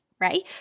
right